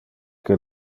que